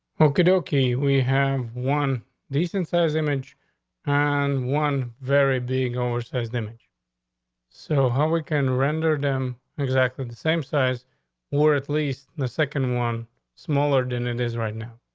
okay. okay. we have one decent size image and one very big oversized. so how we can render them exactly the same size or at least the second one smaller than it is right now.